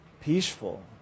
peaceful